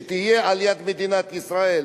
שתהיה ליד מדינת ישראל,